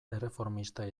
erreformista